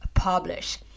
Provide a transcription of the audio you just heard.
Publish